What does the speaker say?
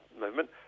movement